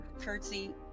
curtsy